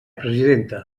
presidenta